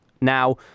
Now